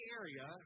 area